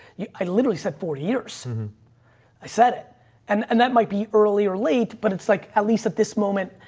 yeah i literally said four years, and i said, and and that might be early or late, but it's like, at least at this moment,